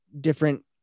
different